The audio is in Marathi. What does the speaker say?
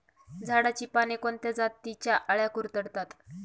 झाडाची पाने कोणत्या जातीच्या अळ्या कुरडतात?